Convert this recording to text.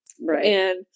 Right